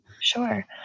Sure